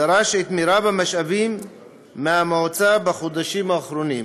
דרש את מרב המשאבים מהמועצה בחודשים האחרונים,